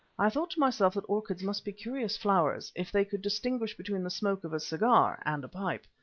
i thought to myself that orchids must be curious flowers if they could distinguish between the smoke of a cigar and a pipe,